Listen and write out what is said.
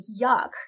yuck